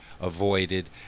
avoided